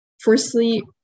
firstly